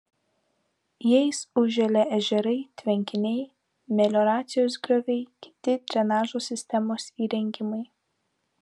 jais užželia ežerai tvenkiniai melioracijos grioviai kiti drenažo sistemos įrengimai